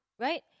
right